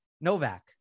Novak